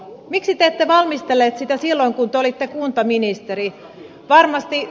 miksi te ette valmistellut sitä silloin kun te olitte kuntaministeri